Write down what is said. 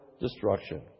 destruction